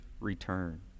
return